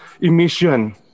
emission